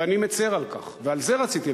ואני מצר על כך, ועל זה רציתי לדבר.